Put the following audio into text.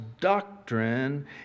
doctrine